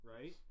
right